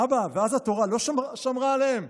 אבא, ואז התורה לא שמרה עליהם?